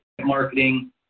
marketing